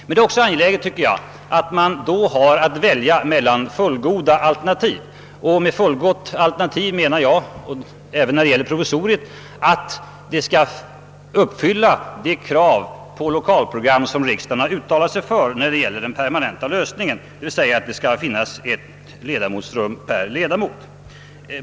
Det är då också angeläget att vi har att välja mellan fullgoda alternativ, och med fullgott alternativ. menar jag — även när det gäller provisoriet — att det skall ha det lokalprogram som riksdagen uttalat sig för när det gäller den permanenta lösningen, d.v.s. att det skall finnas ett ledamotsrum per ledamot.